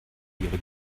ihre